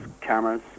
cameras